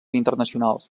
internacionals